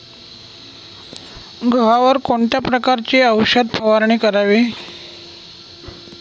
गव्हावर कोणत्या प्रकारची औषध फवारणी करावी?